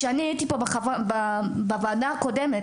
כשאני הייתי פה בוועדה הקודמת,